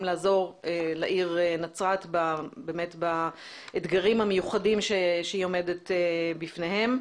לעזור לעיר נצרת באתגרים המיוחדים שהיא עומדת בפניהם.